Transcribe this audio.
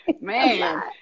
man